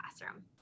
classroom